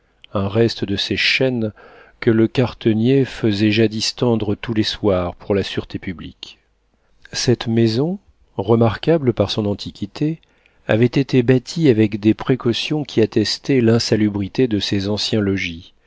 un reste de ces chaînes que le quartenier faisait jadis tendre tous les soirs pour la sûreté publique cette maison remarquable par son antiquité avait été bâtie avec des précautions qui attestaient l'insalubrité de ces anciens